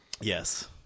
Yes